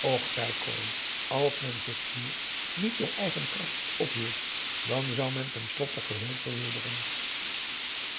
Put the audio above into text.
och zei corrie als men zich hier niet door eigen kracht wat ophield dan zou men ten slotte geheel verwilderen